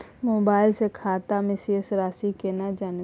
Mobile से खाता में शेस राशि केना जानबे?